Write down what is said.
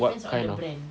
what kind of